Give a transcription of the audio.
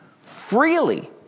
freely